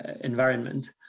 environment